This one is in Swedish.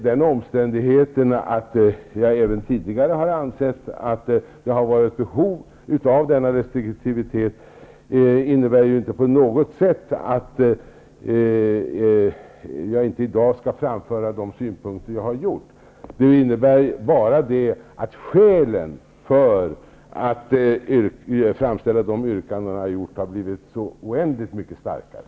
Den omständigheten att jag även tidigare ansett att det har funnits behov av denna restriktivitet innebär inte på något sätt att jag inte i dag skulle framföra de synpunkter jag har gjort. Det innebär bara att skälen för att framställa dessa yrkanden har blivit oändligt mycket starkare.